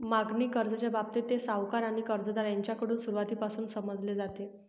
मागणी कर्जाच्या बाबतीत, ते सावकार आणि कर्जदार यांच्याकडून सुरुवातीपासूनच समजले जाते